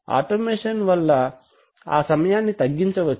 automation వలన ఆ సమయాన్ని తగ్గించవచ్చు